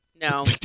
No